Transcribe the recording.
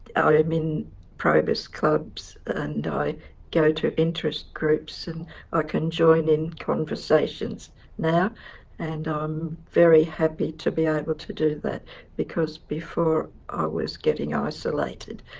i'm in probus clubs and i go to interest groups and i ah can join in conversations now and i'm very happy to be able to do that because before i was getting isolated.